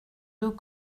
deux